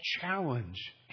challenge